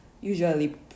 usually